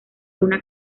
una